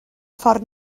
ffordd